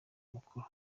mukuru